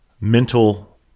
mental